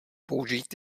použít